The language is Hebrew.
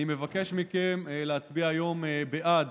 אני מבקש מכם להצביע היום בעד